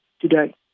today